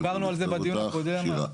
שם כדי שיזכרו לכתוב אותך, שירה.